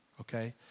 okay